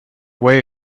way